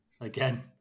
again